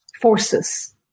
forces